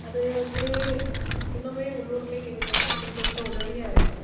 அதே வந்து இன்னுமே உள்ளூர்ல இருந்தா இன்னும் கொஞ்சம் உதவியாக இருக்கும்